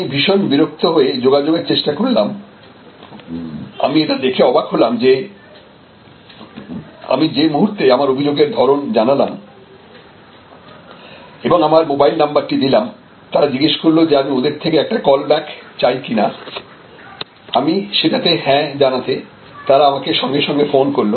আমি ভীষণ বিরক্ত হয়ে যোগাযোগের চেষ্টা করলাম এবং আমি এটা দেখে অবাক হলাম যে আমি যে মুহূর্তে আমার অভিযোগের ধরণ জানালাম এবং আমার মোবাইল নাম্বারটি দিলাম তারা জিজ্ঞেস করল যে আমি ওদের থেকে একটা কলব্যাক চাই কিনা আমি সেটাতে হ্যাঁ জানাতে তারা আমাকে সঙ্গে সঙ্গে ফোন করলো